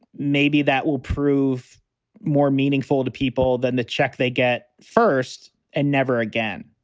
maybe that will prove more meaningful to people than the check they get first and never again.